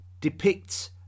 depicts